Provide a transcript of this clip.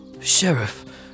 Sheriff